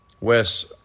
Wes